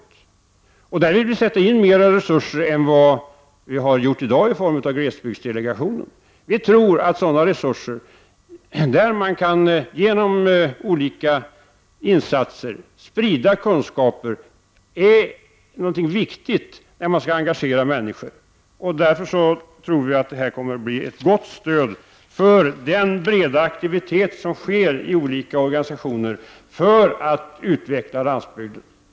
På det området vill vi sätta in mera resurser än vad vi har gjort i dag i form av glesbygdsdelegationen. Vi tror att sådana resurser som används för att genom olika insatser sprida kunskaper är viktigt när man skall engagera människor. Därför tror jag att det här kommer att bli ett gott stöd för den breda aktivitet som sker i olika organisationer för att utveckla landsbygden.